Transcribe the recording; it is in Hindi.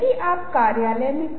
वे इसे पार करेंगे